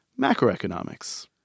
Macroeconomics